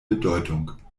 bedeutung